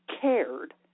cared